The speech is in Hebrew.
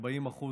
40%